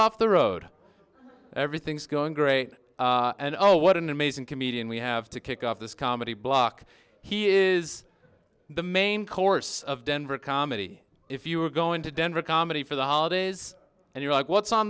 off the road everything's going great and oh what an amazing comedian we have to kick off this comedy block he is the main course of denver comedy if you were going to denver comedy for the holidays and you're like what's on